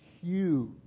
huge